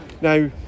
Now